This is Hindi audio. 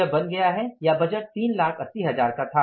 यह बन गया है या बजट 380000 का था